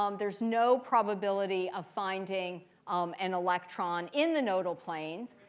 um there's no probability of finding an electron in the nodal planes.